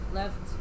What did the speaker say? left